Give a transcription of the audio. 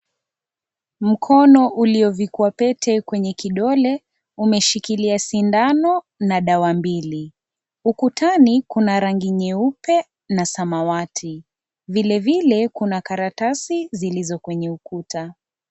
Mkono uliovikwa pete kwenye kidole, umeshikilia sindano na dawa mbili, ukutani kuna rangi nyeupe na samawati vile vile kuna karatasi zilizo kwenye ukuta